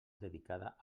dedicada